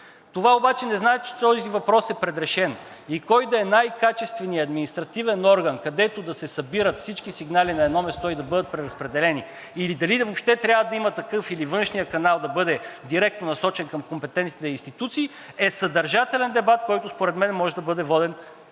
Това обаче не значи, че този въпрос е предрешен и кой да е най-качественият административен орган, където да се събират всички сигнали на едно място и да бъдат преразпределени, или дали въобще трябва да има такъв, или външният канал да бъде директно насочен към компетентните институции, е съдържателен дебат, който според мен може да бъде воден между